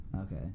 Okay